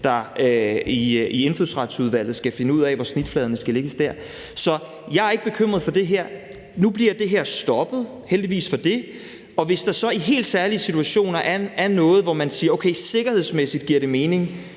der i Indfødsretsudvalget skal finde ud af, hvor snitfladerne skal lægges der. Så jeg er ikke bekymret for det her. Nu bliver det her stoppet – heldigvis for det. Og hvis der så i helt særlige situationer er noget, hvor man siger, at det sikkerhedsmæssigt giver mening,